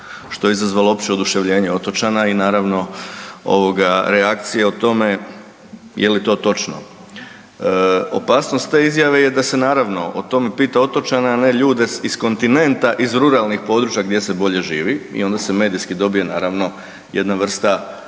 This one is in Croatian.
što je izazvalo opće oduševljenje otočana i naravno ovoga reakcije o tome je li to točno. Opasnost te izjave je da se naravno o tome pita otočane, a ne ljude iz kontinenta iz ruralnih područja gdje se bolje živi i onda se medijski dobije naravno jedna vrsta odgovora